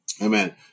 Amen